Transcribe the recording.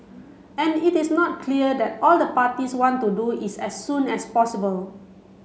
and it is not clear that all the parties want to do is as soon as possible